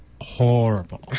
horrible